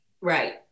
Right